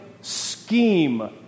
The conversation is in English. scheme